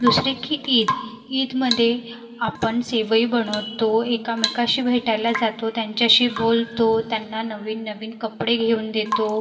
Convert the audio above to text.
दुसरी की ईद ईदमध्ये आपण शेवई बनवतो एकामेकाशी भेटायला जातो त्यांच्याशी बोलतो त्यांना नवीन नवीन कपडे घेऊन देतो